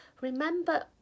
remember